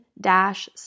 dash